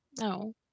no